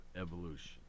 evolution